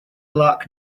luck